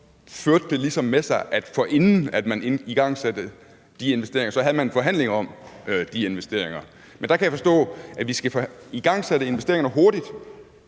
førte det ligesom med sig, at man, forinden man igangsatte de investeringer, så havde en forhandling om de investeringer. Men der kan jeg forstå, at vi skal igangsætte investeringerne hurtigt,